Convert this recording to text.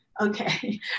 Okay